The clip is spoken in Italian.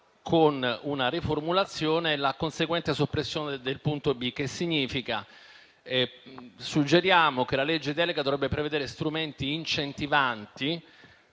con una riformulazione e la conseguente soppressione del punto b). Ciò significa che suggeriamo che la legge delega dovrebbe prevedere strumenti incentivanti